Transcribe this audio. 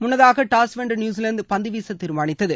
முன்னதாக டாஸ்வென்ற நியுசிலாந்து பந்து வீச தீர்மானித்தது